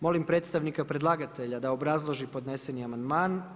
Molim predstavnika predlagatelja da obrazloži podneseni amandman.